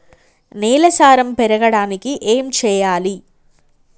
నేల సారం పెరగడానికి ఏం చేయాలి?